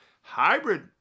hybrid